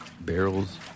barrels